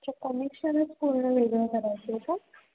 अच्छा कनेक्शनच पूर्ण वेगळं करायचं आहे का